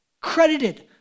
Credited